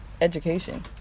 education